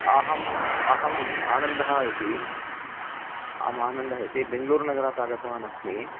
अहम् अहम् आनन्दः इति अहमानन्दः इति बेङ्गळूरुनगरतः आगतवानस्मि